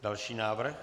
Další návrh.